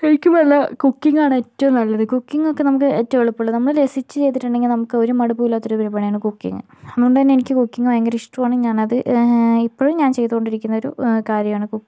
എനിക്ക് നല്ല കുക്കിംഗ് ആണ് ഏറ്റവും നല്ലത് കുക്കിംഗ് ഒക്കെ നമുക്ക് ഏറ്റവും എളുപ്പമുള്ളത് നമ്മള് രസിച്ച് ചെയ്തിട്ടുണ്ടെങ്കിൽ നമുക്ക് ഒരു മടുപ്പും ഇല്ലാത്ത ഒര് പണിയാണ് കുക്കിംഗ് അതുകൊണ്ടുതന്നെ എനിക്ക് കുക്കിംഗ് ഭയങ്കര ഇഷ്ടമാണ് ഞാൻ അത് ഇപ്പോഴും ഞാൻ ചെയ്തുകൊണ്ടിരിക്കുന്ന ഒരു കാര്യമാണ് കുക്കിംഗ്